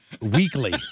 weekly